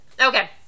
Okay